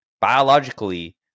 Biologically